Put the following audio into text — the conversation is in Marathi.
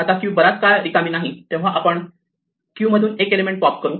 आता क्यू बराच काळ रिकामी नाही तेव्हा आपण क्यू मधून एक एलिमेंट पॉप करू